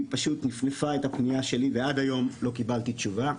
פשוט נפנפה את הפנייה שלי ועד היום לא קיבלתי תשובה.